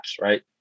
right